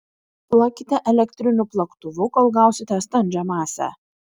plakite elektriniu plaktuvu kol gausite standžią masę